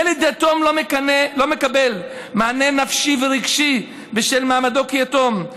ילד יתום לא מקבל מענה נפשי ורגשי בשל מעמדו כיתום.